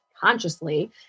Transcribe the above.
consciously